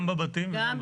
גם בבתים וגם בבתי הכלא.